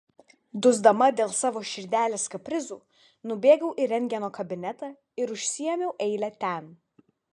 dusdama dėl savo širdelės kaprizų nubėgau į rentgeno kabinetą ir užsiėmiau eilę ten